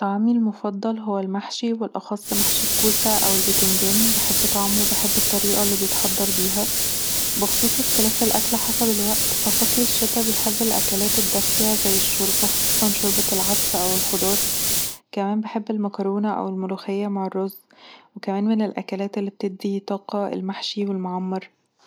طعامي المفضل هو المحشي، وبالأخص محشي الكوسة أو البتنجان. بحب طعمه وبحب الطريقة اللي بيتحضر بيها، بخصوص اختلاف الأكل حسب الوقت، ففصل الشتا بيحب الأكلات الدافية زي الشوربة، خصوصًا شوربة العدس أو شوربة الخضار. كمان بحب المكرونة أو الملوخية مع الرز وكمان من الأكلات اللي بتدي طاقه المحشي والمعمر